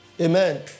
Amen